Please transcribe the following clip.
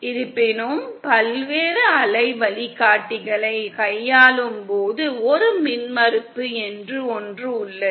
இருப்பினும் பல்வேறு அலை வழிகாட்டிகளைக் கையாளும் போது ஒரு மின்மறுப்பு என்று ஒன்று உள்ளது